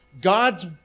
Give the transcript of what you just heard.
God's